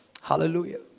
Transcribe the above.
Hallelujah